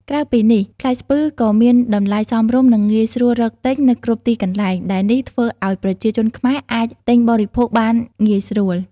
ក្រៅពីនេះ ផ្លែស្ពឺក៏មានតម្លៃសមរម្យ និងងាយស្រួលរកទិញនៅគ្រប់ទីកន្លែង ដែលនេះធ្វើឱ្យប្រជាជនខ្មែរអាចទិញបរិភោគបានងាយស្រួល។